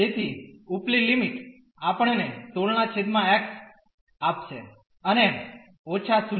તેથી ઉપલી લિમિટ આપણને 16x આપશે અને ઓછા 0